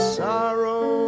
sorrow